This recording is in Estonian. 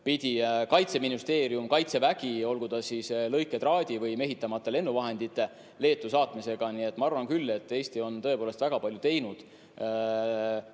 ja Kaitseministeerium ja Kaitsevägi, olgu siis lõiketraadi või mehitamata lennuvahendite Leetu saatmisega. Nii et ma arvan küll, et Eesti on tõepoolest väga palju teinud. Mis